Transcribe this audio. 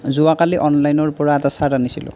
যোৱাকালি অনলাইনৰ পৰা এটা চাৰ্ট আনিছিলোঁ